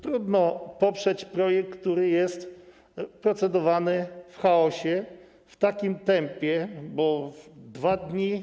Trudno poprzeć projekt, który jest procedowany w chaosie, w takim tempie, bo w ciągu 2 dni.